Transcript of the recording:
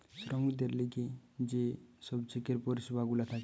শ্রমিকদের লিগে যে সব চেকের পরিষেবা গুলা থাকে